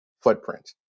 footprint